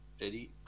Eddie